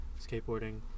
skateboarding